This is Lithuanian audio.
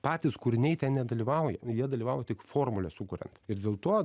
patys kūriniai ten nedalyvauja jie dalyvavo tik formulę sukuriant ir dėl to